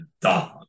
dog